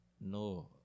no